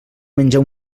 menjar